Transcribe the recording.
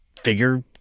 figure